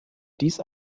dies